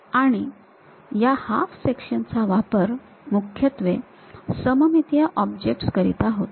आणि ह्या half section चा वापर मुख्यत्वे सममितीय ऑब्जेक्टस करीत होतो